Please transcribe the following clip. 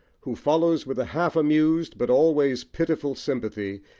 who follows with a half-amused but always pitiful sympathy,